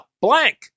blank